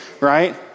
right